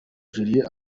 juliet